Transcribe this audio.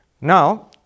Now